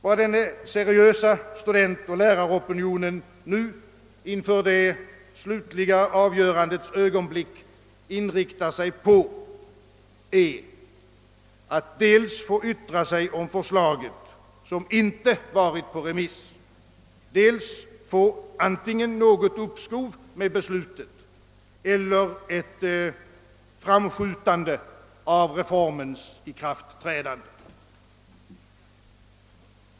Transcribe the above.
Vad denna seriösa studentoch läraropinion nu inför det slutliga avgörandets ögonblick inriktar sig på är dels att få yttra sig om förslaget, som inte varit på remiss, dels att få antingen något uppskov med beslutet eller ett framskjutande av reformens ikraftträdande.